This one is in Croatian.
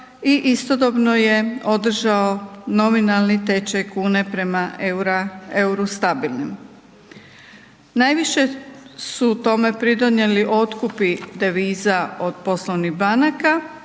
i istodobno je održao nominalni tečaj kune prema euru stabilnim. Najviše su u tome pridonijeli otkupi deviza od poslovnih banaka